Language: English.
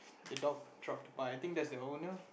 the dog drop the pie I think that's the owner